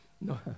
No